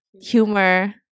humor